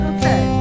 Okay